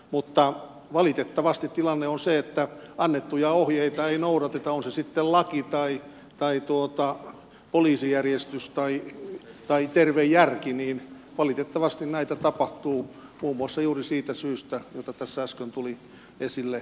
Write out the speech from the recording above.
mutta valitettavasti tilanne on se että annettuja ohjeita ei noudateta on se sitten laki tai poliisijärjestys tai terve järki niin valitettavasti näitä tapahtuu muun muassa juuri niistä syistä joita tässä tuli esille alkoholin osuudesta